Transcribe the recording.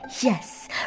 Yes